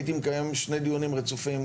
אני הייתי מקיים שני דיונים רצופים,